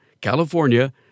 California